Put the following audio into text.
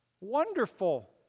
Wonderful